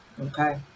okay